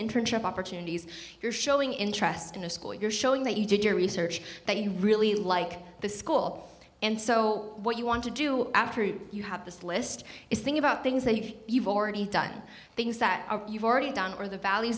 internship opportunities you're showing interest in a school you're showing that you did your research that you really like the school and so what you want to do after you have this list is think about things that you've you've already done things that you've already done or the val